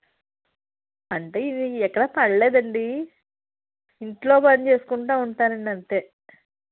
అంటే ఇది ఎక్కడ పడలేదండి ఇంట్లో పని చేసుకుంటు ఉంటాను అండి అంతే